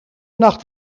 nacht